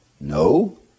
no